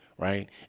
right